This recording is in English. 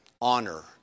honor